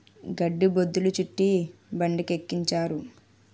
గడ్డి బొద్ధులు చుట్టి బండికెక్కించారు